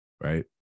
right